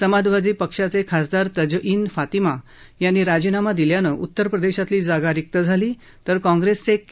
समाजवादी पक्षाचे खासदार तजईन फातिमा यांनी राजीनामा दिल्यानं उतरप्रदेशातली जागा रिक्त झाली तर काँग्रेसचे के